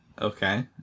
Okay